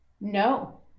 No